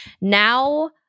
now